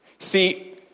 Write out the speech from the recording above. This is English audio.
See